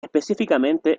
específicamente